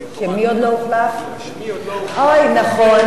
נכון, תודה רבה.